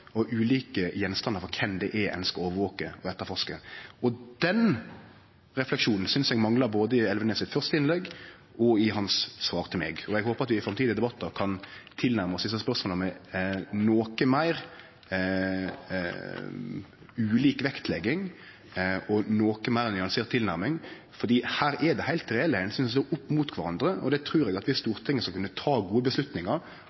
og ulike ting ein skal overvake og etterforske. Den refleksjonen synest eg manglar både i Elvenes sitt første innlegg og i svaret hans til meg, og eg håpar at vi i framtidige debattar kan nærme oss desse spørsmåla med noko meir ulik vektlegging og noko meir nyansert tilnærming. Her er det heilt reelle omsyn ein må sjå opp mot kvarandre, og det trur eg – dersom Stortinget skal kunne ta gode avgjerder – at